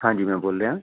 ਹਾਂਜੀ ਮੈਂ ਬੋਲ ਰਿਹਾ